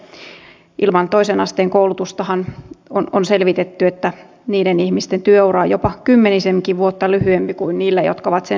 onhan selvitetty että ilman toisen asteen koulutusta jääneiden ihmisten työura on jopa kymmenisenkin vuotta lyhyempi kuin niillä jotka ovat sen suorittaneet